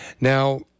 Now